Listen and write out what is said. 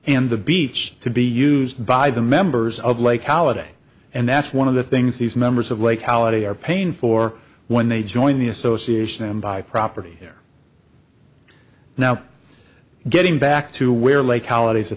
and the beach to be used by the members of lake holiday and that's one of the things these members of lake holiday are paying for when they join the association and buy property there now getting back to where lake holidays